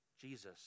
Jesus